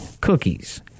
cookies